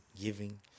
giving